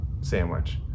sandwich